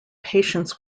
patients